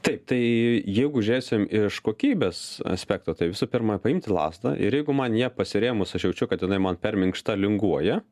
taip tai jeigu žiūrėsim iš kokybės aspekto tai visų pirma paimti lazdą ir jeigu man ja pasirėmus aš jaučiu kad jinai man per minkšta linguoja